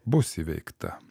bus įveikta